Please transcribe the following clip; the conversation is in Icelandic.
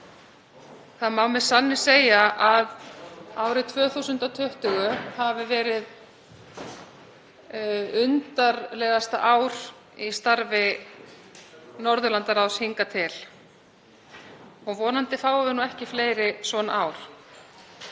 Það má með sanni segja að árið 2020 hafi verið undarlegasta ár í starfi Norðurlandaráðs hingað til. Vonandi fáum við ekki fleiri svona ár